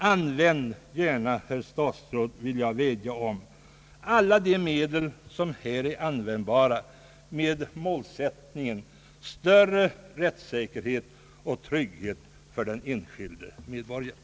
Använd gärna, herr statsråd, alla de medel som här är användbara med målsättningen större rättssäkerhet och trygghet för den enskilde medborgaren.